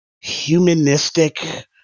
humanistic